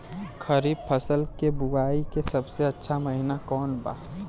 खरीफ फसल के बोआई के सबसे अच्छा महिना कौन बा?